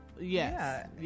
yes